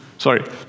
Sorry